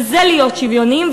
וזה להיות שוויוניים,